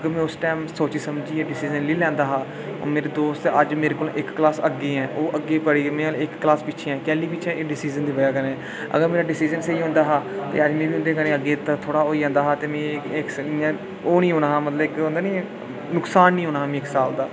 जे में उस टैम सोची समझियै डिसीजन लेई लैंदा हा अज्ज मेरे दोस्त मेरे कोला इक्क क्लास अग्गें ऐ ओह् अग्गें पढ़े दे में इक्क क्लास पिच्छें कैह्ली पिच्छें इस डिसीजन दे पिच्छें अगर मेरा डिसीजन स्हेई होंदा हा ते अज्ज में बी उं'दे कन्नै थोह्ड़ा अग्गें होई जंदा हा ते में मे ओह् निं होना हा इक्क होंदा निं ओह् नुकसान निं होना हा मिगी इक्क साल दा